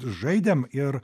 žaidėm ir